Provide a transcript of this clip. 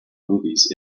movies